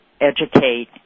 educate